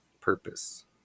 purpose